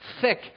thick